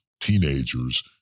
teenagers